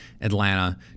Atlanta